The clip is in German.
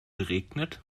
geregnet